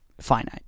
finite